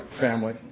family